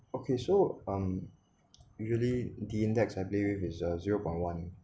okay so um usually the index I play with is uh zero point one